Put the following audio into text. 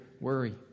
worry